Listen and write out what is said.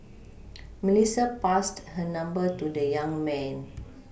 Melissa passed her number to the young man